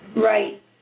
Right